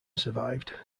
survived